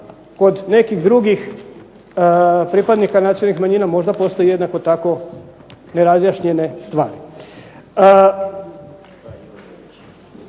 kod nekih drugih pripadnika nacionalnih manjina možda postoje jednako tako nerazjašnjene stvari.